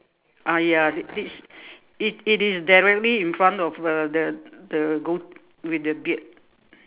ah ya this it it is directly in front of uh the the goat with the beard